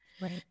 Right